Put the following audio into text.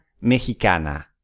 mexicana